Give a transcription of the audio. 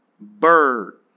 Bird